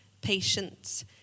patience